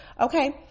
Okay